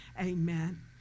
Amen